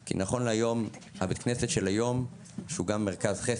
כי נכון להיום הבית כנסת של היום שהוא גם מרכז חסד,